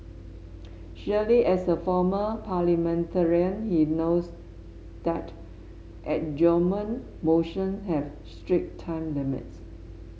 surely as a former parliamentarian he knows that adjournment motion have strict time limits